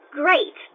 great